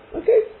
okay